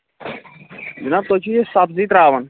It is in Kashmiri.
جِناب تُہۍ چھِو یہِ سَبزی ترٛاوان